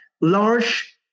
large